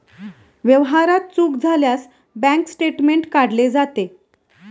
व्यवहारात चूक झाल्यास बँक स्टेटमेंट काढले जाते